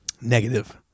Negative